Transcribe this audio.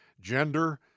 gender